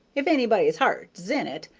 if anybody's heart is in it,